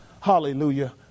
Hallelujah